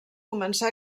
començà